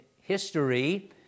history